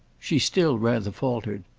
she still rather faltered.